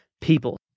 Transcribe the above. people